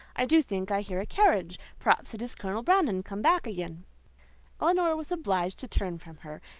i do think i hear a carriage perhaps it is colonel brandon come back again elinor was obliged to turn from her,